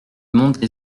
monte